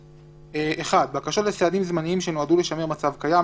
"(1) בקשות לסעדים זמניים שנועדו לשמר מצב קיים,